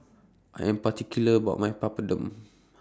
I Am particular about My Papadum